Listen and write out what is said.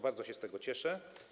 Bardzo się z tego cieszę.